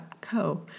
.co